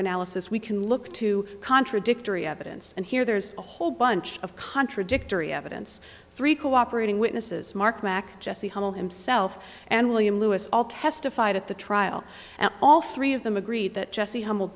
analysis we can look to contradictory evidence and here there's a whole bunch of contradictory evidence three cooperating witnesses mark mack jesse hummel himself and william lewis all testified at the trial and all three of them agree that jesse humble